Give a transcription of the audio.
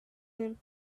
him